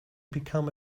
become